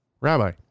rabbi